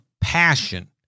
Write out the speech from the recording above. passion